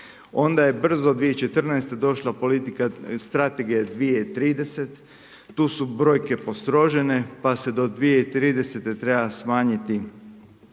Onda je brzo 2014. došla politika Strategija 2030, tu su brojke postrožene, pa se do 2030. treba smanjiti